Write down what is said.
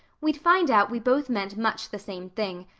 we'd find out we both meant much the same thing.